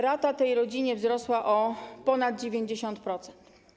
Rata tej rodziny wzrosła o ponad 90%.